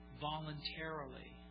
voluntarily